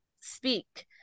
speak